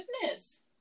goodness